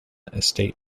estate